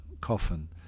coffin